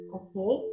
okay